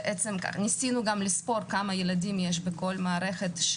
ניסינו גם לספור כמה ילדים יש בכל מערכת,